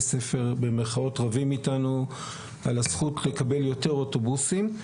ספר במירכאות רבים איתנו על הזכות לקבל יותר אוטובוסים.